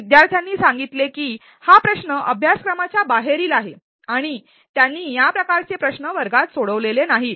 विद्यार्थ्यांनी सांगितले की हा प्रश्न अभ्यासक्रमाच्या बाहेरील आहे आणि त्यांनी या प्रकारचे प्रश्न वर्गात सोडवलेले नाहीत